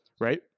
Right